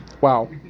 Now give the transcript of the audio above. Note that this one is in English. Wow